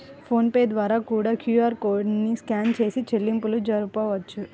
phone pay ద్వారా కూడా QR code ని స్కాన్ చేసి చెల్లింపులు జరపొచ్చు